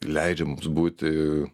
leidžia mums būti